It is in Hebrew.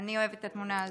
אני אוהבת את התמונה הזאת.